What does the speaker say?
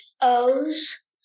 O's